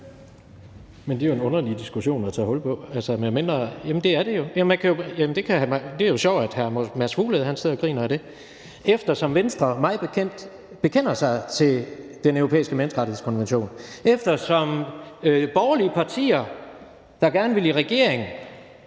Det er en underlig diskussion at tage hul på – jamen det er det jo. Det er sjovt, at hr. Mads Fuglede sidder og griner ad det, eftersom Venstre mig bekendt bekender sig til Den Europæiske Menneskerettighedskonvention, eftersom borgerlige partier, der gerne vil i regering,